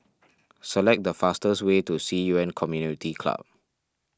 select the fastest way to Ci Yuan Community Club